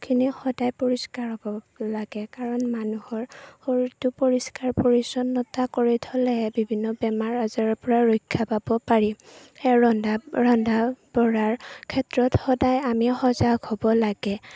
খিনি সদায় পৰিষ্কাৰ হ'ব লাগে কাৰণ মানুহৰ শৰীৰটো পৰিষ্কাৰ পৰিছন্নতা কৰি থ'লেহে বিভিন্ন বেমাৰ আজাৰৰ পৰা ৰক্ষা পাব পাৰি সেয়ে ৰন্ধা ৰন্ধা বঢ়াৰ ক্ষেত্ৰত সদায় আমি সজাগ হ'ব লাগে